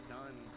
done